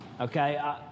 okay